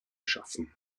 schaffen